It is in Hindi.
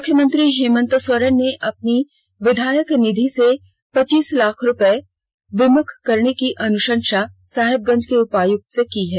मुख्यमंत्री हेमंत सोरेन ने अपनी विधायक निधि से पच्चीस लाख रुपए विमुख करने की अनुषंसा साहेबगंज के उपायुक्त से की है